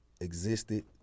existed